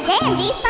Dandy